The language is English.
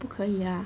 不可以呀